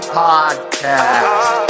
podcast